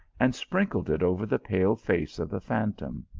and sprinkled it over the pale face of the phantom.